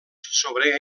sobre